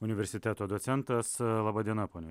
universiteto docentas laba diena pone